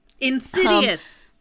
Insidious